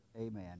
amen